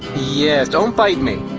yes, don't bite me.